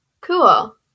Cool